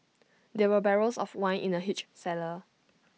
there were barrels of wine in the huge cellar